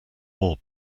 more